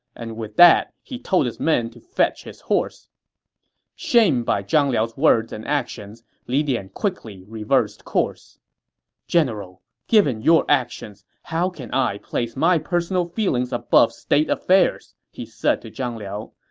and with that, he told his men to fetch his horse shamed by zhang liao's words and actions, li dian quickly reversed course general, given your actions, how can i place my personal feelings above state affairs? he said to zhang liao.